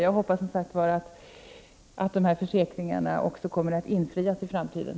Jag hoppas, som sagt, att dessa försäkringar också kommer att infrias i framtiden.